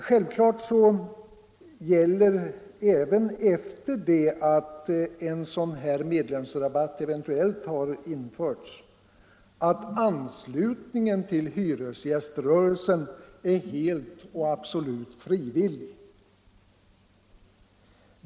Självklart gäller även efter det att en sådan här medlemsrabatt eventuellt har införts att anslutningen till hyresgäströrelsen är helt frivillig.